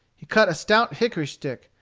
he cut a stout hickory stick,